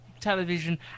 television